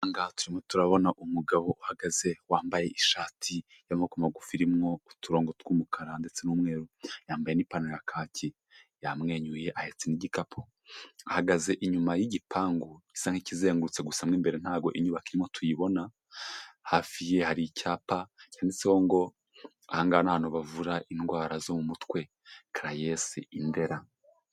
Aha ngaha turimo turabona umugabo uhagaze wambaye ishati y'amako magufi irimo uturongo tw'umukara ndetse n'umweru, yambaye n'ipantaro ya kacyi, yamwenyuye, ahetse n'igikapu, ahagaze inyuma y'igipangu gisa nk'ikizengurutse gusa mu imbere ntabwo inyubako irimo tuyibona, hafiye hari icyapa cyantseho ngo aha ngaha ni ahantu bavura indwara zo mu mutwe, Karayesi-Indera.